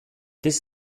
this